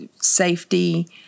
safety